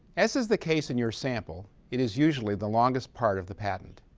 as is the case in your sample, it is usually the longest part of the patent.